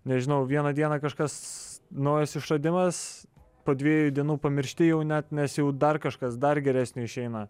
nežinau vieną dieną kažkas naujas išradimas po dviejų dienų pamiršti jau net nes jau dar kažkas dar geresnio išeina